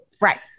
Right